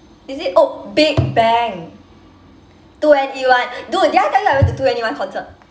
is it oh big bang two N E one dude did I tell you I went to two N E one concert